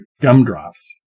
gumdrops